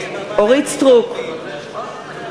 אורי מקלב,